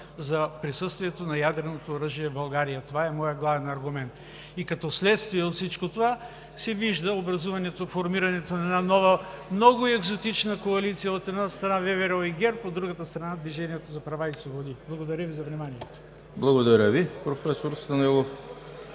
за присъствието на ядреното оръжие в България. Това е моят главен аргумент. И като следствие от всичко това се вижда формирането на една нова, много екзотична коалиция – от една страна, ВМРО и ГЕРБ, от друга страна, Движението за права и свободи. Благодаря Ви за вниманието. ПРЕДСЕДАТЕЛ ЕМИЛ ХРИСТОВ: